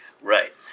Right